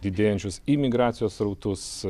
didėjančius imigracijos srautus